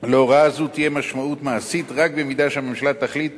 להוראה זו תהיה משמעות מעשית רק במידה שהממשלה תחליט